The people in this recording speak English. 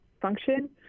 function